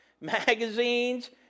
magazines